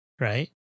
right